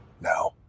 Now